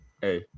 hey